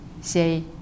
say